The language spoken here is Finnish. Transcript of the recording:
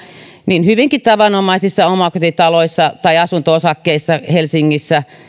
niin hyvinkin tavanomaisissa omakotitaloissa tai asunto osakkeissa helsingissä